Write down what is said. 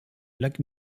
lac